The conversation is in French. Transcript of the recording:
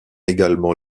également